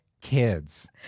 kids